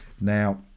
Now